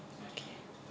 okay